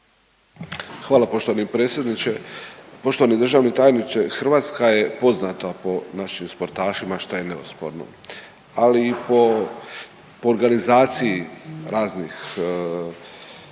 Poštovani državni tajniče, Hrvatska je poznata po našim sportašima šta je neosporno, ali i po organizaciji raznih